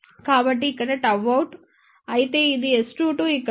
కాబట్టి ఇక్కడ Γout అయితే ఇది S22 ఇక్కడ వుంది